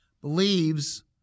believes